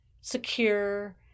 secure